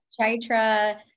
Chaitra